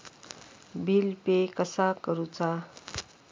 Bill pay कसा करुचा?